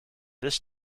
this